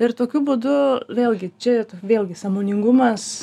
ir tokiu būdu vėlgi čia vėlgi sąmoningumas